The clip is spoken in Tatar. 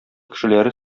кешеләре